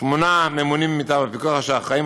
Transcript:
שמונה ממונים מטעם הפיקוח אשר אחראים